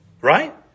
right